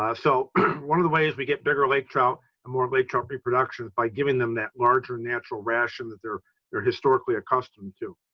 um so one of the ways we get bigger lake trout and more lake trout reproduction is by giving them that larger natural ration that they're they're historically accustomed to.